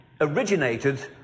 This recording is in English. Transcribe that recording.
originated